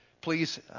Please